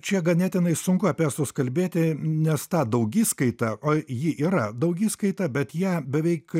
čia ganėtinai sunku apie estus kalbėti nes tą daugiskaitą o ji yra daugiskaita bet ją beveik